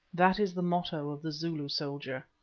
that is the motto of the zulu soldier.